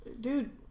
dude